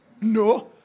No